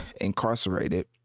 incarcerated